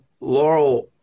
Laurel